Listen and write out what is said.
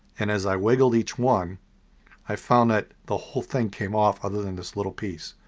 and as i wiggled each one i found that the whole thing came off other than this little piece.